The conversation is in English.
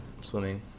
swimming